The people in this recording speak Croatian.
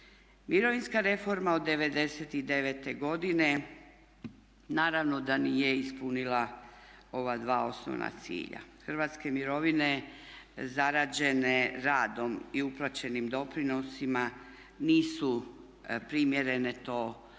Mirovinska reforma od '99. godine naravno da nije ispunila ova dva osnovna cilja. Hrvatske mirovine zarađene radom i uplaćenim doprinosima nisu primjerene to mi